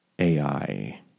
AI